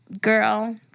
girl